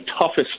toughest